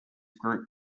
group